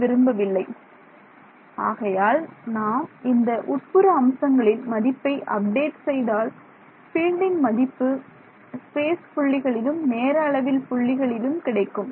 Ez Ezi − 1 சில நேரங்களில்' 'n' ஆக இருக்கும் ஆகையால் நாம் இந்த உட்புற அம்சங்களில் மதிப்பை அப்டேட் செய்தால் பீல்டின் மதிப்பு ஸ்பேஸ் புள்ளிகளிலும் நேர அளவில் புள்ளிகளிலும் கிடைக்கும்